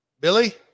Billy